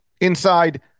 inside